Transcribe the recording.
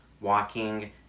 walking